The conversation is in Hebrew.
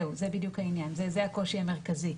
זהו, זה בדיוק העניין, זה הקושי המרכזי.